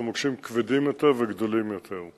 שהם מוקשים כבדים יותר וגדולים יותר.